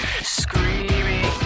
Screaming